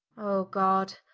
o god,